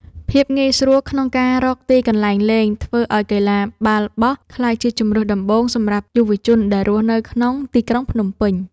ភាពងាយស្រួលក្នុងការរកទីកន្លែងលេងធ្វើឱ្យកីឡាបាល់បោះក្លាយជាជម្រើសដំបូងសម្រាប់យុវជនដែលរស់នៅក្នុងទីក្រុងភ្នំពេញ។